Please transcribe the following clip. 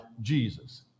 Jesus